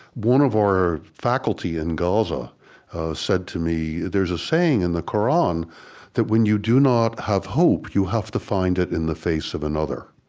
one of our faculty in gaza said to me, there's a saying in the qur'an that when you do not have hope, you have to find it in the face of another.